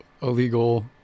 illegal